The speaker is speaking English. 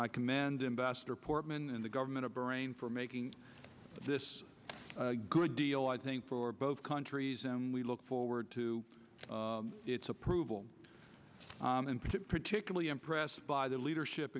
i commend investor portman and the government of bahrain for making this a good deal i think for both countries and we look forward to its approval and to particularly impressed by the leadership